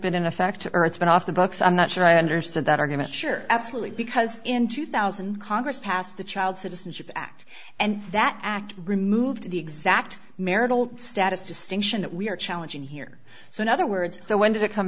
been in effect to earth but off the books i'm not sure i understand that argument sure absolutely because in two thousand congress passed the child citizenship act and that act removed the exact marital status distinction that we are challenging here so in other words when did it come